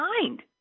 mind